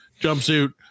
jumpsuit